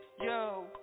yo